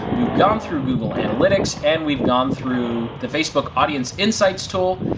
we've gone through google analytics, and we've gone through the facebook audience insights tool,